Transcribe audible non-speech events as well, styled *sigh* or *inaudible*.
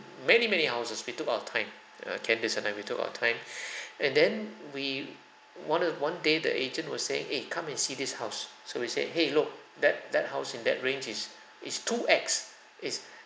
many many houses we took our time uh candace and I we took our time *breath* and then we one the one day the agent will say eh come and see this house so we said !hey! look that that house in that range is is two X it's